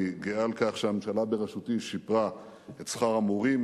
אני גאה על כך שהממשלה בראשותי שיפרה את שכר המורים,